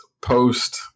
post